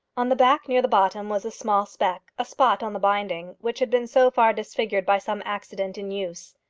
on the back near the bottom was a small speck, a spot on the binding, which had been so far disfigured by some accident in use.